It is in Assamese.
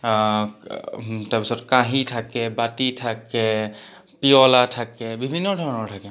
তাৰপিছত কাঁহী থাকে বাতি থাকে পিয়লা থাকে বিভিন্ন ধৰণৰ থাকে